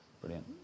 Brilliant